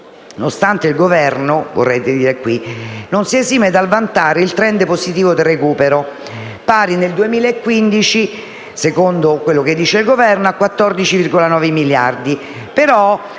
nonostante il Governo non si esima dal vantare il *trend* positivo del recupero, pari nel 2015, secondo il Governo, a 14,9 miliardi,